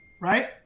right